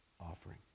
offering